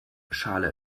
schale